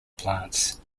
plants